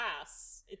ass